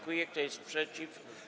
Kto jest przeciw?